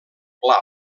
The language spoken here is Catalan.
pla